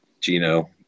Gino